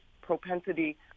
propensity